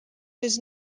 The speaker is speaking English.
does